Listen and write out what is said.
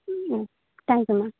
ம் thank you ma'am